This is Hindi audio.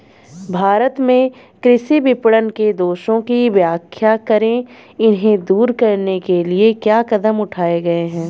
भारत में कृषि विपणन के दोषों की व्याख्या करें इन्हें दूर करने के लिए क्या कदम उठाए गए हैं?